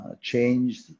change